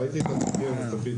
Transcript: צפיתי